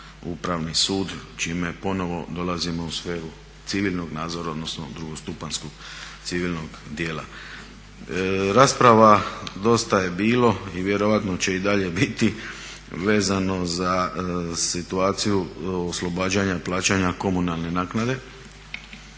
Upravni sud čime ponovo dolazimo u sferu civilnog nadzora, odnosno drugostupanjskog civilnog dijela. Rasprava dosta je bilo i vjerojatno će i dalje biti vezano za situaciju oslobađanja plaćanja komunalne naknade.